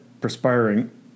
perspiring